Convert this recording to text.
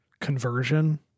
conversion